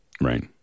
Right